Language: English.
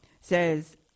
says